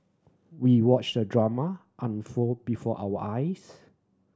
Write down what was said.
we watched the drama unfold before our eyes